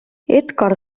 edgar